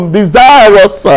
desirous